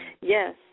Yes